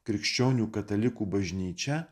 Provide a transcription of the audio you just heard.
krikščionių katalikų bažnyčia